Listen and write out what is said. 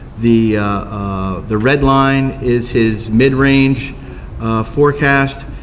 the the red line is his mid range forecast.